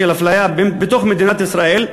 של אפליה בתוך מדינת ישראל,